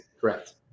Correct